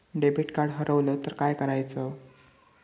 Debit card हरवल तर काय करायच?